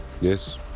Yes